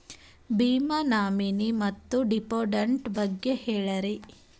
ವಿಮಾ ನಾಮಿನಿ ಮತ್ತು ಡಿಪೆಂಡಂಟ ಬಗ್ಗೆ ಹೇಳರಿ?